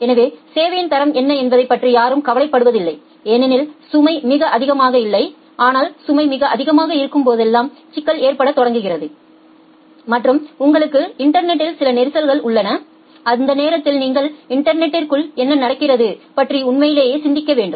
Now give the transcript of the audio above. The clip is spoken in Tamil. எனவே சேவையின் தரம் என்ன என்பதைப் பற்றி யாரும் கவலைப்படுவதில்லை ஏனெனில் சுமை மிக அதிகமாக இல்லை ஆனால் சுமை மிக அதிகமாக இருக்கும்போது சிக்கல் ஏற்படத் தொடங்குகிறது மற்றும் உங்களுக்கு இன்டர்நெட்டில் சில நெரிசல்கள் உள்ள அந்த நேரத்தில் நீங்கள் இன்டர்நெட்ற்குள் என்ன நடக்கிறது பற்றி உண்மையிலேயே சிந்திக்க வேண்டும்